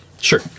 Sure